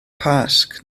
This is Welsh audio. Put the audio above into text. pasg